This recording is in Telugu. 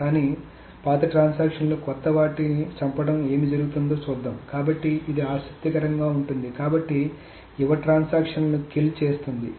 కానీ పాత ట్రాన్సాక్షన్ లు క్రొత్త వాటిని చంపడం ఏమి జరుగుతుందో చూద్దాం కాబట్టి ఇది ఆసక్తికరంగా ఉంటుంది కాబట్టి యువ ట్రాన్సాక్షన్ లను కిల్ చేస్తుంది